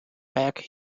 back